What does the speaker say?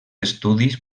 estudis